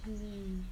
mmhmm